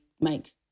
make